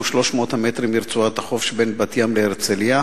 300 המטרים מרצועת החוף שבין בת-ים להרצלייה?